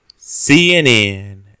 CNN